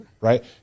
Right